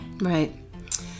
right